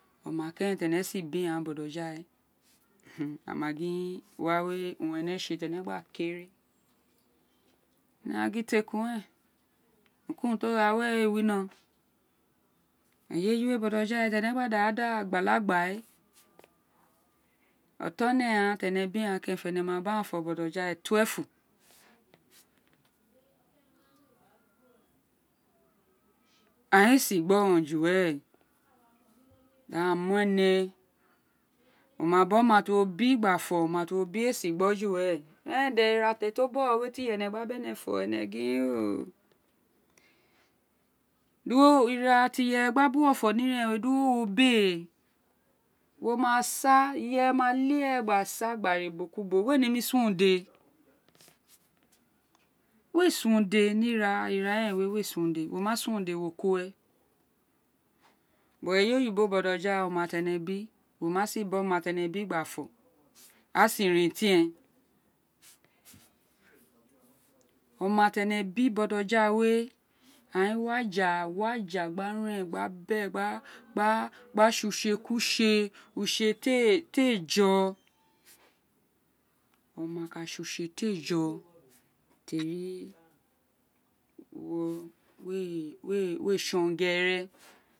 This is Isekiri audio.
Ọ ma teren tí ene si bí ghaan botoja we a ma gin wa we owun ene tsi ita énè gba keren énè wa gin te kun ren urun ku urun tí o gha wérè ee wino eye yi botoja we tí énè da agba la gba boja we ọtọn énè ghaan tí énè bí ene ma bí a ghaan fó boja we a ghan éè si gboron ju were wo ma bí oma tí wo bí ọma tí wo bí aghaan éè si gboron boja we juwere eren de i ira bí o bọghọ tí a bí énè fó énè gin oo ira eren tí iyere bí uwo fo <> wo ma sa iyere ma le ye gba re ubo ku ubo we nemi sun ode we sun o de ní ira eren we we sun ode wo ma sun ode wo kuren eye oyibo botojawe oma tí énè bí mo ma si bí oma tí énè bí gba fó a si rin etin re oma tí énè bí botojawe aghan we wi àjà wí aja tsi éè ku tsi éè ti éè jọ ome ka tsi utse tí ee jọ teri wo we we tsọn urun we gérè